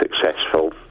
successful